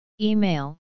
Email